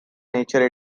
nature